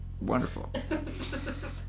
Wonderful